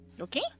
Okay